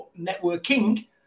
Networking